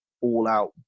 all-out